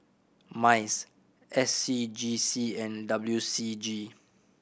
MICE S C G C and W C G